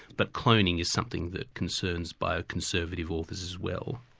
but cloning is something that concerns bio-conservative authors as well.